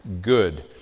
good